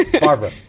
Barbara